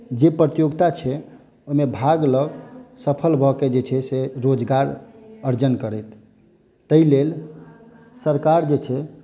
जे प्रतियोगिता छै ओहिमे भाग लऽ सफल भऽ केँ जे छै से रोजगार अर्जन करथि ताहि लेल सरकार जे छै